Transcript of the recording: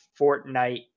fortnite